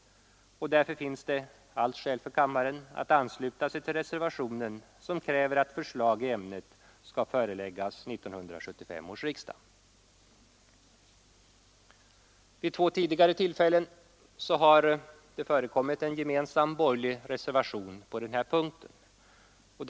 Därför finns det allt skäl för kammaren att ansluta sig till reservationen, som kräver att förslag i ämnet skall föreläggas 1975 års riksdag. Vid två tidigare tillfällen har en gemensam borgerlig reservation på denna punkt förekommit.